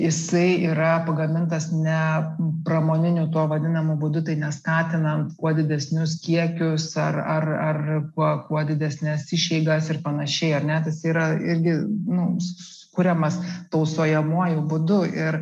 jisai yra pagamintas ne pramoniniu tuo vadinamu būdu tai neskatinam kuo didesnius kiekius ar ar ar kuo kuo didesnes išeigas ir panašiai tas yra irgi mums kuriamas tausojamuoju būdu ir